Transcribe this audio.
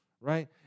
right